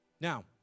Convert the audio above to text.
Now